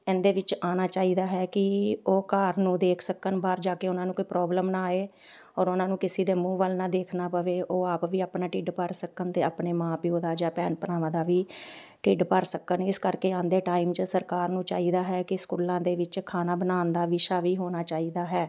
ਇਹਦੇ ਵਿੱਚ ਆਉਣਾ ਚਾਹੀਦਾ ਹੈ ਕਿ ਉਹ ਘਰ ਨੂੰ ਦੇਖ ਸਕਣ ਬਾਹਰ ਜਾ ਕੇ ਉਹਨਾਂ ਨੂੰ ਕੋਈ ਪ੍ਰੋਬਲਮ ਨਾ ਆਏ ਔਰ ਉਹਨਾਂ ਨੂੰ ਕਿਸੇ ਦੇ ਮੂੰਹ ਵੱਲ ਨਾ ਦੇਖਣਾ ਪਵੇ ਉਹ ਆਪ ਵੀ ਆਪਣਾ ਢਿੱਡ ਭਰ ਸਕਣ ਅਤੇ ਆਪਣੇ ਮਾਂ ਪਿਓ ਦਾ ਜਾਂ ਭੈਣ ਭਰਾਵਾਂ ਦਾ ਵੀ ਢਿੱਡ ਭਰ ਸਕਣ ਇਸ ਕਰਕੇ ਆਉਂਦੇ ਟਾਈਮ 'ਚ ਸਰਕਾਰ ਨੂੰ ਚਾਹੀਦਾ ਹੈ ਕਿ ਸਕੂਲਾਂ ਦੇ ਵਿੱਚ ਖਾਣਾ ਬਣਾਉਣ ਦਾ ਵਿਸ਼ਾ ਵੀ ਹੋਣਾ ਚਾਹੀਦਾ ਹੈ